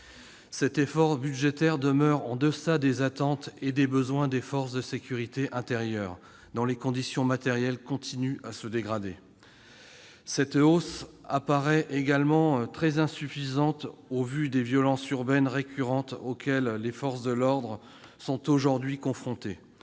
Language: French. L'effort budgétaire demeure toujours en deçà des attentes et des besoins des forces de sécurité intérieure, dont les conditions matérielles continuent de se dégrader. La hausse des crédits paraît très insuffisante aussi compte tenu des violences urbaines récurrentes auxquelles les forces de l'ordre sont aujourd'hui confrontées.